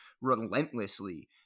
relentlessly